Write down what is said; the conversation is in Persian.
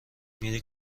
میری